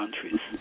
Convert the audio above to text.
countries